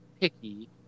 picky